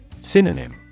Synonym